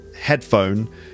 headphone